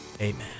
amen